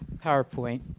powerpoint?